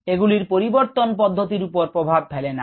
এগুলির পারিবর্তন পধ্যতির উপর প্রভাব ফেলে না